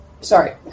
Sorry